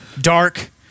Dark